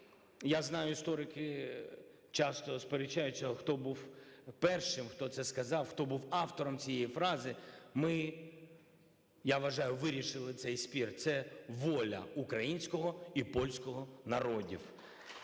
я знаю, історики часто сперечаються, хто був першим, хто це сказав, хто був автором цієї фрази, ми, я вважаю, вирішили цей спір: це воля українського і польського народів.